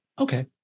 Okay